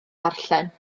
darllen